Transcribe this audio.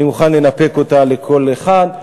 אני מוכן לנפק אותה לכל אחד.